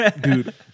dude